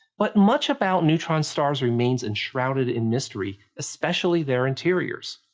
but much about neutron stars remains enshrouded in mystery, especially their interiors.